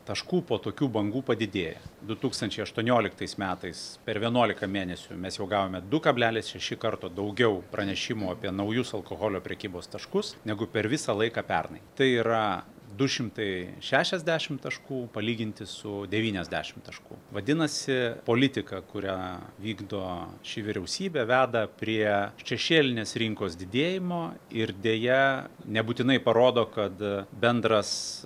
taškų po tokių bangų padidėja du tūkstančiai aštuonioliktais metais per vienuolika mėnesių mes jau gavome du kablelis šeši karto daugiau pranešimų apie naujus alkoholio prekybos taškus negu per visą laiką pernai tai yra du šimtai šešiasdešimt taškų palyginti su devyniasdešimt taškų vadinasi politika kurią vykdo ši vyriausybė veda prie šešėlinės rinkos didėjimo ir deja nebūtinai parodo kad bendras